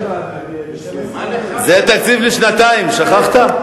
זה תקציב לשנתיים, שכחת?